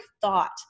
thought